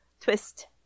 Twist